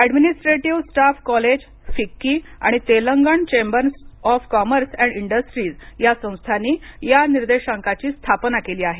administrative staff college FICCI आणि Telangana chambers of commerce and industry या संस्थांनी या निर्देशांकाची स्थापना केली आहे